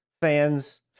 fans